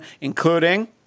including